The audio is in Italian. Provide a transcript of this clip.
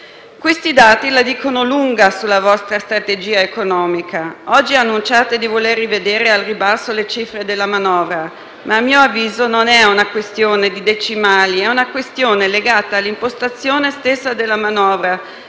Questi dati la dicono lunga sulla vostra strategia economica. Oggi annunciate di voler rivedere al ribasso le cifre della manovra. Tuttavia, a mio avviso, la questione non è di decimali, in quanto legata all'impostazione stessa della manovra,